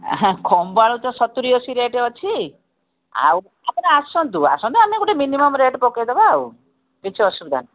ହା ଖମ୍ବଆଳୁ ତ ସତୁରୀ ଅଶୀ ରେଟ୍ ଅଛି ଆଉ ଆପଣ ଆସନ୍ତୁ ଆସନ୍ତୁ ଆମେ ଗୋଟେ ମିନିମମ୍ ରେଟ୍ ପକାଇଦେବା ଆଉ କିଛି ଅସୁବିଧା ନାହିଁ